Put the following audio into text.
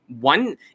One